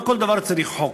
לא על כל דבר צריך חוק.